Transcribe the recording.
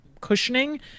cushioning